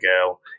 girl